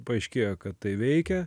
paaiškėjo kad tai veikia